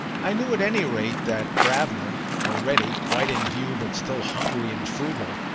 i knew at any rate that gravener, already quite in view but still hungry and frugal,